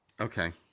Okay